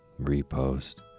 repost